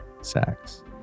sex